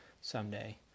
someday